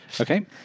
okay